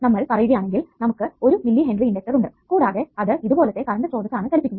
നമ്മൾ പറയുകയാണെങ്കിൽ നമുക്ക് 1 മില്ലി ഹെൻറി ഇണ്ടക്ടർ ഉണ്ട് കൂടാതെ അത് ഇതുപോലത്തെ കറണ്ട് സ്രോതസ്സ് ആണ് ചലിപ്പിക്കുന്നത്